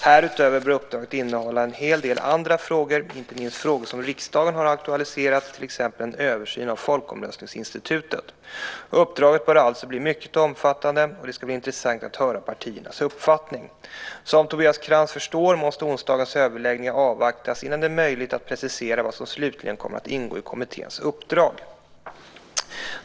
Härutöver bör uppdraget innehålla en hel del andra frågor, inte minst frågor som riksdagen har aktualiserat, till exempel en översyn av folkomröstningsinstitutet. Uppdraget bör alltså bli mycket omfattande, och det ska bli intressant att höra partiernas uppfattning. Som Tobias Krantz förstår måste onsdagens överläggningar avvaktas innan det är möjligt att precisera vad som slutligen kommer att ingå i kommitténs uppdrag.